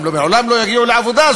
הם גם לעולם לא יגיעו לעבודה.